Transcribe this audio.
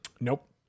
Nope